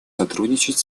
сотрудничать